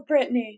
Britney